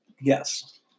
Yes